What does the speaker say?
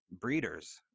Breeders